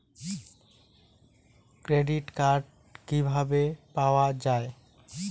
Credit card কিভাবে পাওয়া য়ায়?